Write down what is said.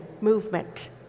movement